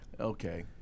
Okay